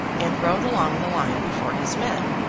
and rode along the line before his men.